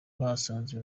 bahasanze